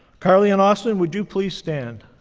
carly and austin, would you please stand?